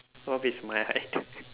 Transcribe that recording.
what if it's my height